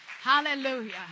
Hallelujah